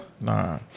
Nah